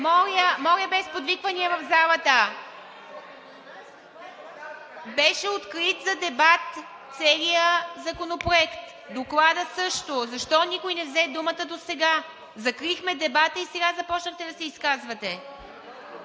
Моля без подвиквания в залата. Беше открит за дебат целият законопроект, докладът също. Защо никой не взе думата досега? Закрихме дебата и сега започнахте да се изказвате!